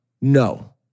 no